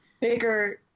bigger